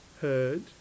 heard